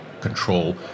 control